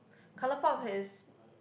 ColourPop has